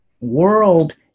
world